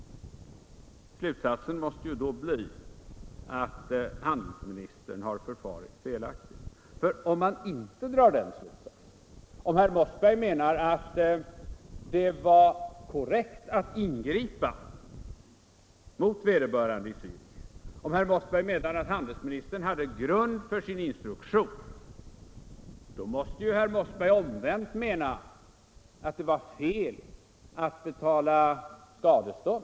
Slutsatsen måste bli att handelsministern har förfarit felaktigt. Om man inte drar den slutsatsen, om herr Mossberg menar att det var korrekt att ingripa mot vederbörande i Zärich, om herr Mossberg menar att handelsministern hade grund för sin instruktion, då måste herr Mossberg mena att det var fel att betala skadestånd.